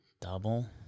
Double